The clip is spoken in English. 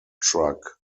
truck